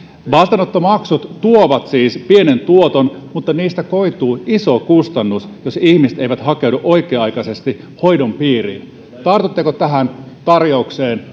vastaanottomaksut tuovat siis pienen tuoton mutta niistä koituu iso kustannus jos ihmiset eivät hakeudu oikea aikaisesti hoidon piiriin tartutteko tähän tarjoukseen